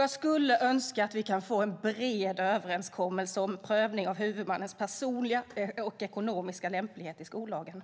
Jag skulle önska att vi kunde få en bred överenskommelse om prövning av huvudmannens personliga och ekonomiska lämplighet i skollagen,